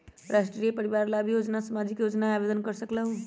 राष्ट्रीय परिवार लाभ योजना सामाजिक योजना है आवेदन कर सकलहु?